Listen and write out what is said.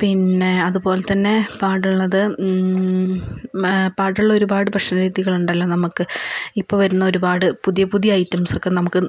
പിന്നെ അതുപോലെത്തന്നെ പാടുള്ളത് പാടുള്ള ഒരുപാട് ഭക്ഷണ രീതികൾ ഉണ്ടല്ലോ നമുക്ക് ഇപ്പോൾ വരുന്ന ഒരുപാട് പുതിയ പുതിയ ഐറ്റംസ് ഒക്കെ നമുക്ക്